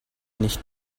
nicht